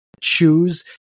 choose